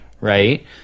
Right